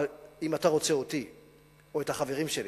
אבל אם אתה רוצה אותי או את החברים שלי,